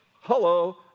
hello